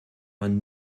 man